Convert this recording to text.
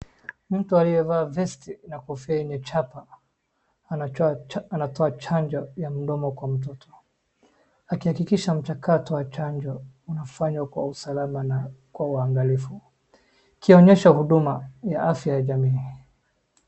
Mtu aliyevaa vesti na kofia yenye chapa anatoa chanjo ya mdomo kwa mtoto akihakikisha mchakato wa chanjo unafanywa kwa usalama na kwa uwangalifu ikionyesha huduma ya afya ya jamii.